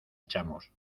echamos